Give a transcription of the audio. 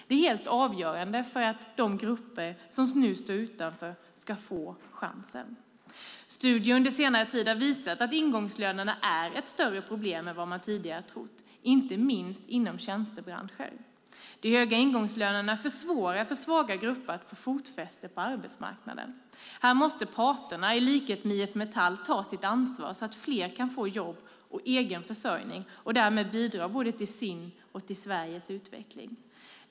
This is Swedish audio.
Det är helt avgörande för att de grupper som nu står utanför ska få chansen. Studier under senare tid har visat att ingångslönerna är ett större problem än vad man tidigare har trott, inte minst inom vissa tjänstebranscher. De höga ingångslönerna försvårar för svaga grupper att få fotfäste på arbetsmarknaden. Här måste parterna, i likhet med IF Metall, ta sitt ansvar så att fler kan få jobb och egen försörjning och därmed bidra både till sin och till Sveriges utveckling.